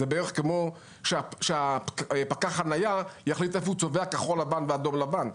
זה בערך כמו שפקח החנייה יחליט איפה הוא צובע כחול לבן ואדום לבן.